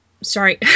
Sorry